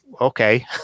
okay